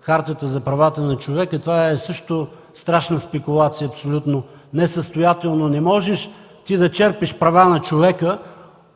Хартата за правата на човека, също е страшна спекулация, абсолютно несъстоятелно – не можеш да черпиш права